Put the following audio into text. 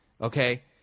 okay